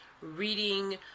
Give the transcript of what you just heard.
reading